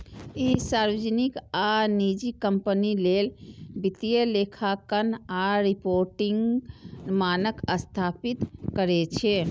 ई सार्वजनिक आ निजी कंपनी लेल वित्तीय लेखांकन आ रिपोर्टिंग मानक स्थापित करै छै